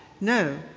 No